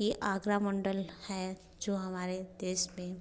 ये आगरा मंडल है जो हमारे देश में